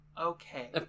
Okay